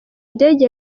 ndege